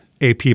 AP